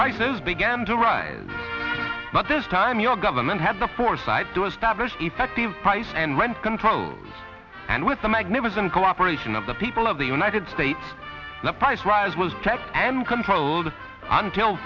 prices began to rise but this time your government had the foresight to establish effective price and rent controls and with the magnificent cooperation of the people of the united states the price rise was checked and controlled until